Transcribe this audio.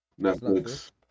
Netflix